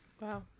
Wow